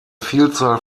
vielzahl